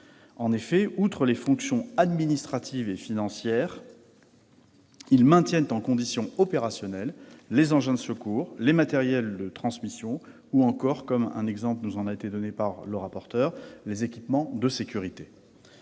En effet, outre les fonctions administratives et financières, ils maintiennent en condition opérationnelle les engins de secours, les matériels de transmission ou encore, M. le rapporteur a cité un exemple, les équipements de sécurité.